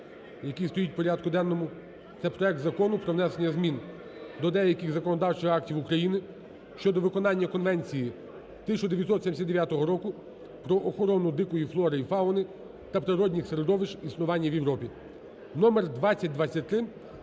який стоїть в порядку денному, це проект Закону про внесення змін до деяких законодавчих актів України (щодо виконання Конвенції 1979 року про охорону дикої флори і фауни та природних середовищ існування в Європі) (№ 2023).